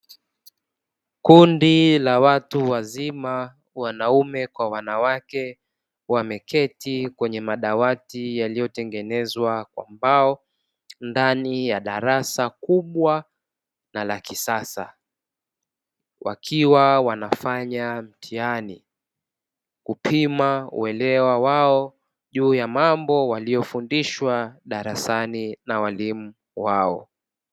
Kundi la watu wazima wanaume kwa wanawake wamketi kwenye madawati yaliyotengenezwa kwa mbao ndani ya darasa kubwa na la kisasa, wakiwa wanafanya mtihani kupima uelewa wao juu ya mambo waliyofundishwa darasani na walimu wao.